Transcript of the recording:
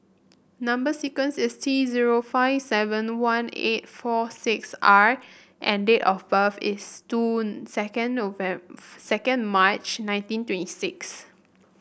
number sequence is T zero five seven one eight four six R and date of birth is two second second March nineteen twenty six